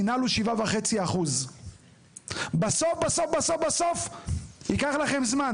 מינהל הוא 7.5%. בסוף בסוף ייקח לכם זמן,